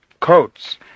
coats